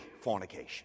fornication